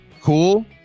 cool